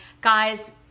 guys